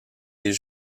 les